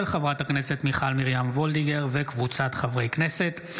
של חברת הכנסת מיכל מרים וולדיגר וקבוצת חברי הכנסת,